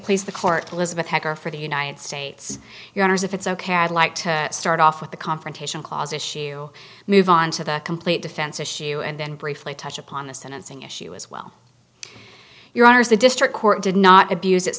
please the court elizabeth hacker for the united states your honor as if it's ok i'd like to start off with the confrontation clause issue move on to the complete defense issue and then briefly touch upon a sentencing issue as well your honour's the district court did not abuse